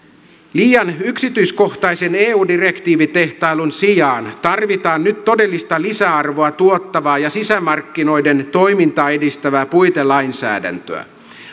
liian yksityiskohtaisen eu direktiivitehtailun sijaan tarvitaan nyt todellista lisäarvoa tuottavaa ja sisämarkkinoiden toimintaa edistävää puitelainsäädäntöä